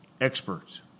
experts